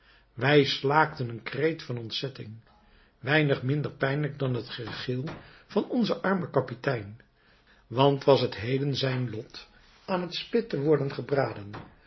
wij slaakten een kreet van ontzetting weinig minder pijnlijk dan het gegil van onzen armen kapitein want was het heden zijn lot aan het spit te worden gebraden